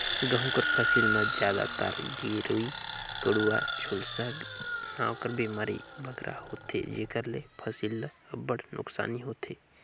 गहूँ कर फसिल में जादातर गेरूई, कंडुवा, झुलसा नांव कर बेमारी बगरा होथे जेकर ले फसिल ल अब्बड़ नोसकानी होथे